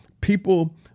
people